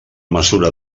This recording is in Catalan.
mesura